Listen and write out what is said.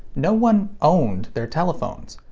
no one owned their telephones.